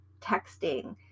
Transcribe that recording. texting